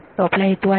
तो आपला हेतू आहे